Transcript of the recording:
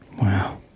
Wow